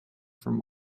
from